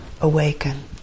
awaken